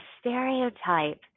stereotype